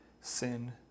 sin